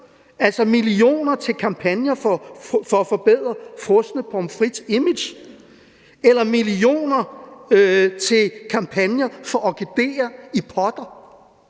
altså millioner til kampagner for at forbedre frosne pommes frites' image, millioner til kampagner for orkideer i potter